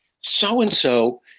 so-and-so